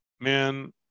man